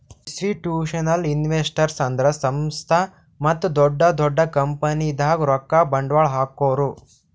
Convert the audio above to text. institutional investors ಅಂದ್ರ ಸಂಸ್ಥಾ ಮತ್ತ್ ದೊಡ್ಡ್ ದೊಡ್ಡ್ ಕಂಪನಿದಾಗ್ ರೊಕ್ಕ ಬಂಡ್ವಾಳ್ ಹಾಕೋರು